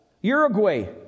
Uruguay